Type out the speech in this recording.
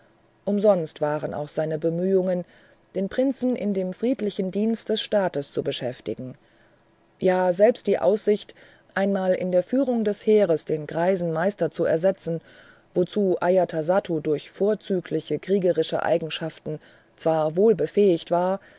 umsonst waren auch seine bemühungen den prinzen in dem friedlichen dienst des staates zu beschäftigen ja selbst die aussicht einmal in der führung des heeres den greisen meister zu ersetzen wozu ajatasattu durch vorzügliche kriegerische eigenschaften gar wohl befähigt war